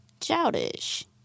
Childish